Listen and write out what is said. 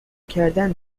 کردن